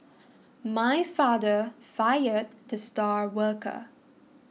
my father fired the star worker